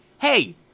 hey